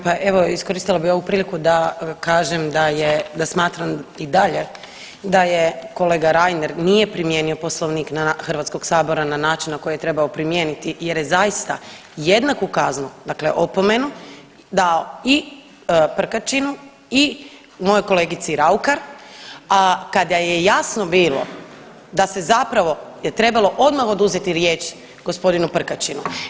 Pa evo, iskoristila bih ovu priliku da kažem da je, da smatram i dalje da je kolega Reiner, nije primijenio Poslovnik HS-a na način na koji je trebao primijeniti jer je zaista jednaku kaznu, dakle opomenu dao i Prkačinu i mojoj kolegici Raukar, kada je jasno bilo da se zapravo je trebalo odmah oduzeti riječ g. Prkačinu.